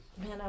Man